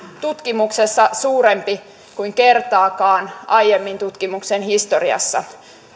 tutkimuksessa suurempi kuin kertaakaan aiemmin tutkimuksen historiassa